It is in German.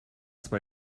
zwei